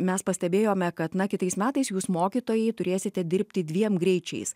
mes pastebėjome kad na kitais metais jūs mokytojai turėsite dirbti dviem greičiais